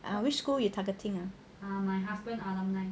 ah which school you targeting ah